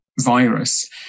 virus